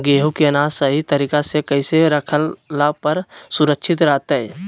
गेहूं के अनाज सही तरीका से कैसे रखला पर सुरक्षित रहतय?